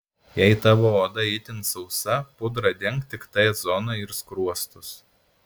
jei tavo oda itin sausa pudra denk tik t zoną ir skruostus